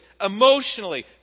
emotionally